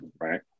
right